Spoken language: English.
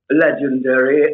legendary